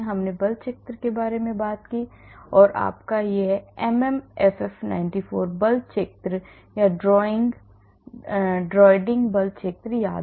हमने बल क्षेत्र के बारे में बात की है और आपको यह MM FF 94 बल क्षेत्र या ड्राइडिंग बल क्षेत्र याद है